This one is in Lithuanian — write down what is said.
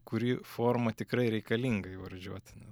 kuri forma tikrai reikalinga įvardžiuotinė